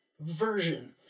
Version